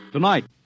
Tonight